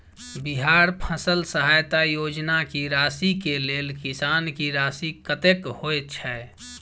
बिहार फसल सहायता योजना की राशि केँ लेल किसान की राशि कतेक होए छै?